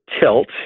tilt